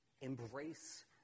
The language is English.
Embrace